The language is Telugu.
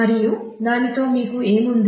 మరియు దానితో మీకు ఏమి ఉంది